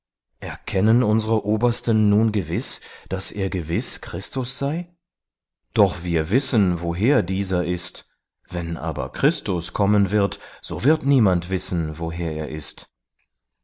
erkennen unsere obersten nun gewiß daß er gewiß christus sei doch wir wissen woher dieser ist wenn aber christus kommen wird so wird niemand wissen woher er ist